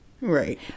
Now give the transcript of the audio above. right